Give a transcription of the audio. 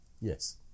Yes